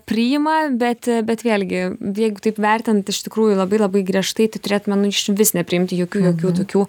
priima bet bet vėlgi jeigu taip vertint iš tikrųjų labai labai griežtai tai turėtume nu išvis nepriimti jokių jokių tokių